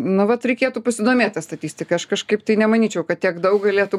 na vat reikėtų pasidomėt ta statistika aš kažkaip tai nemanyčiau kad tiek daug galėtų